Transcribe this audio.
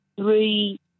three